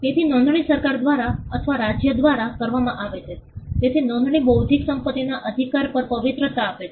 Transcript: તેથી નોંધણી સરકાર દ્વારા અથવા રાજ્ય દ્વારા કરવામાં આવે છે તેથી નોંધણી બૌદ્ધિક સંપત્તિના અધિકાર પર પવિત્રતા આપે છે